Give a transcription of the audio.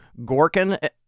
Gorkin